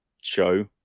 show